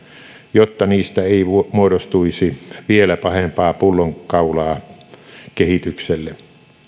jotta niistä ei muodostuisi vielä pahempaa pullonkaulaa kehitykselle arvoisa